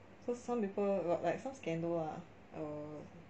so some people got like some scandal lah err